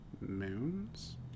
Moons